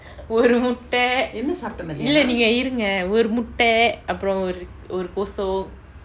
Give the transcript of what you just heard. ஒரு முட்ட இல்ல நீங்க இருங்க ஒரு முட்ட அப்ரோ ஒரு ஒரு:oru mutta illa neenga irunga oru mutta apro oru oru posong